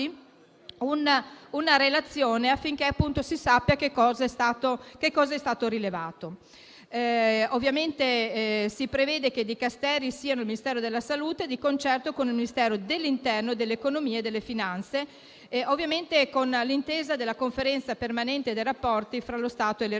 una relazione affinché si sappia che cosa è stato rilevato. Si prevede che ciò spetti al Ministero della salute, di concerto con i Ministeri dell'interno e dell'economia e delle finanze, ovviamente d'intesa con la Conferenza permanente per i rapporti tra lo Stato, le Regioni